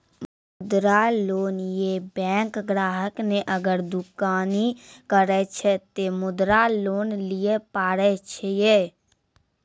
मुद्रा लोन ये बैंक ग्राहक ने अगर दुकानी करे छै ते मुद्रा लोन लिए पारे छेयै?